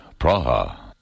Praha